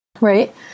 Right